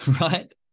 right